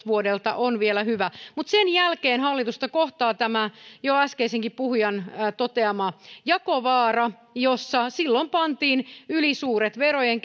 vuodelta kaksituhattakuusitoista on vielä hyvä mutta sen jälkeen hallitusta kohtasi tämä jo äskeisenkin puhujan toteama jakovaara jossa pantiin ylisuuret verojen